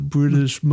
British